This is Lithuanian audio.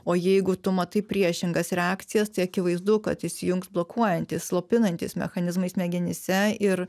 o jeigu tu matai priešingas reakcijas tai akivaizdu kad įsijungs blokuojantys slopinantys mechanizmai smegenyse ir